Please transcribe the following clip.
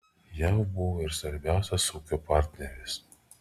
jav buvo ir svarbiausias ūkio partneris